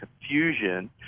confusion